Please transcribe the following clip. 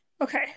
Okay